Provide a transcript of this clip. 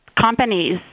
companies